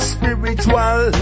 Spiritual